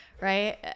right